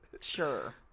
Sure